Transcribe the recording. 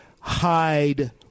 Hide